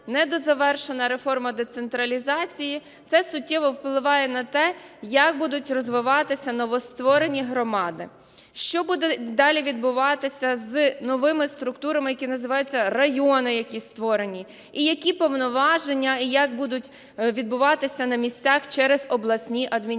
недозавершена реформа децентралізації, це суттєво впливає на те, як будуть розвиватися новостворені громади, що буде далі відбуватися з новими структурами, які називаються "райони", які створені, і які повноваження і як будуть відбуватися на місцях через обласні адміністрації.